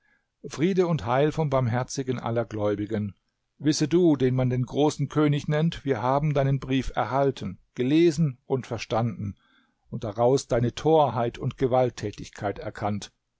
friede und heil vom barmherzigen aller gläubigen wisse du den man den großen könig nennt wir haben deinen brief erhalten gelesen und verstanden und daraus deine torheit und gewalttätigkeit erkannt